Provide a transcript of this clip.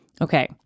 Okay